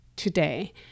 today